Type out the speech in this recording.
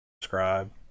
subscribe